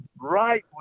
right